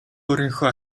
өөрийнхөө